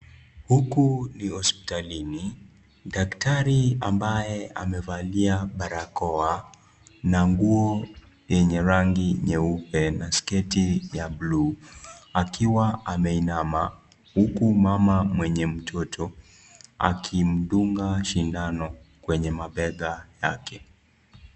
Huku ni hospitalini, daktari ambaye amevalia barakoa na nguo nyenye rangi nyeupe na sketi ya blue akiwa ameinama huku mama mwenye mtoto akimduga sindano kwenye mabega yake.